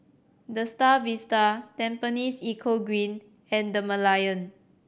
The Star Vista Tampines Eco Green and The Merlion